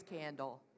candle